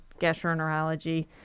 gastroenterology